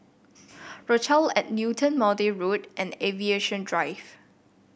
Rochelle at Newton Maude Road and Aviation Drive